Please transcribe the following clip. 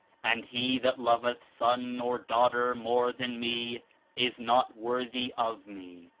and he that loveth son or daughter more than me is not worthy of me,